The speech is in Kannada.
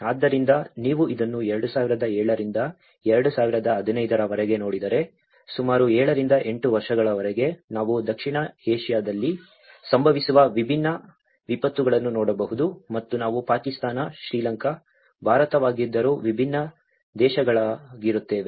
ಆದ್ದರಿಂದ ನೀವು ಇದನ್ನು 2007 ರಿಂದ 2015 ರವರೆಗೆ ನೋಡಿದರೆ ಸುಮಾರು 7 ರಿಂದ 8 ವರ್ಷಗಳವರೆಗೆ ನಾವು ದಕ್ಷಿಣ ಏಷಿಯಾದಲ್ಲಿ ಸಂಭವಿಸುವ ವಿಭಿನ್ನ ವಿಪತ್ತುಗಳನ್ನು ನೋಡಬಹುದು ಮತ್ತು ನಾವು ಪಾಕಿಸ್ತಾನ ಶ್ರೀಲಂಕಾ ಭಾರತವಾಗಿದ್ದರೂ ವಿಭಿನ್ನ ದೇಶಗಳಾಗಿರುತ್ತೇವೆ